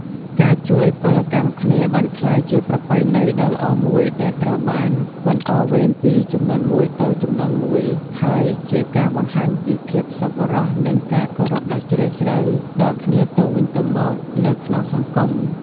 ការជួយពលកម្មគ្នាបានក្លាយជាប្រពៃណីដ៏ល្អមួយដែលត្រូវបានបន្តវេនពីជំនាន់មួយទៅជំនាន់មួយ ហើយជាការបង្ហាញពីភាពសប្បុរសនិងការគោរពដ៏ជ្រាលជ្រៅដល់គ្នាទៅវិញទៅមកនៅក្នុងសង្គម។